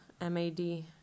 M-A-D